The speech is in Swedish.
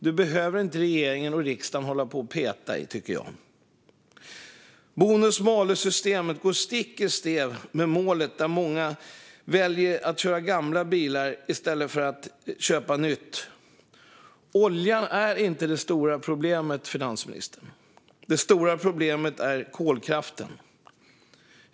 Det behöver inte regeringen och riksdagen hålla på och peta i, tycker jag. Bonus-malus-systemet går stick i stäv med målet när många väljer att köra gamla bilar i stället för att köpa nytt. Olja är inte det stora problemet, finansministern. Det stora problemet är kolkraften.